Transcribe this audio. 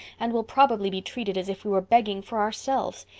and we'll probably be treated as if we were begging for ourselves.